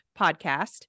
podcast